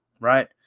right